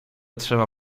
trzeba